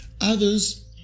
others